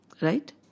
Right